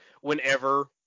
whenever